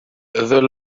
the